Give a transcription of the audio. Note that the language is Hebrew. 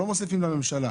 לא מוסיפים לממשלה?